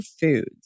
Foods